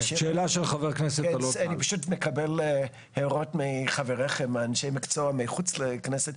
אני פשוט מקבל הערות מחבריכם אנשי מקצוע מחוץ לכנסת,